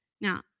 Now